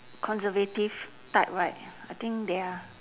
conservative type right I think they are